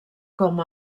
com